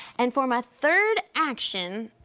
and for my third action,